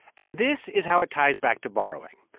and this is how it ties back to borrowing.